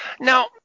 Now